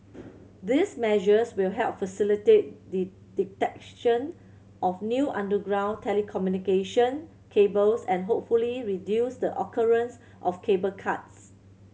these measures will help facilitate the detection of new underground telecommunication cables and hopefully reduce the occurrence of cable cuts